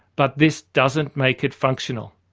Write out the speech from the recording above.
but this doesn't make it functional.